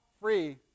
free